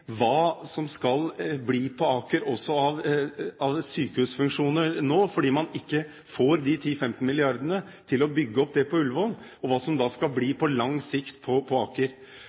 hva som skal bli på Aker av sykehusfunksjoner nå, fordi man ikke får de 10–15 milliardene til å bygge opp det på Ullevål, og hva det da skal bli på lang sikt på Aker.